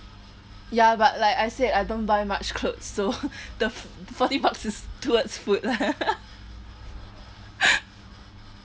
ya but like I said I don't buy much clothes so the forty bucks is towards food lah